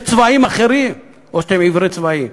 יש צבעים אחרים, או שאתם עיוורי צבעים.